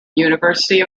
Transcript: university